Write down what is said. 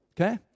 Okay